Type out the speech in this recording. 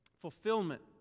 Fulfillment